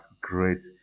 great